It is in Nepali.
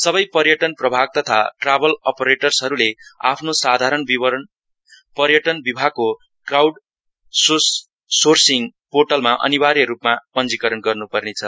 सबै पर्यटन प्रभाग तथा ट्राभल ओपरेर्टसहरूले आफ्नो साधारण विवरण पर्यटन विभागको क्राउड सोर्सीङ पोर्टलमा अनिवार्यरूपमा पञ्चीकरण गर्न् पर्नेछ